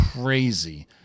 crazy